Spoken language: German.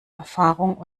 erfahrung